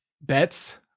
bets